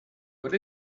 when